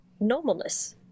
normalness